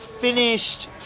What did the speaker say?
finished